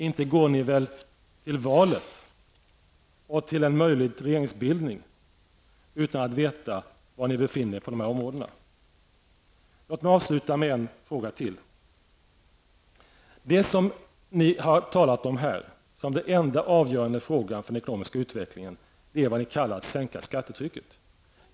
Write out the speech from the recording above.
Inte går ni väl till valet och till en möjlig regeringsbildning utan att veta var ni befinner er på dessa områden? Låt mig avsluta med en fråga till. Det som ni talat om här som den enda avgörande frågan för den ekonomiska utvecklingen är vad ni kallar att sänka skattetrycket.